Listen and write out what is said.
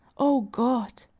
o god!